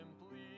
simply